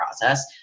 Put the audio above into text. process